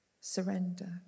surrender